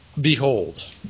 Behold